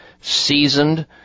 seasoned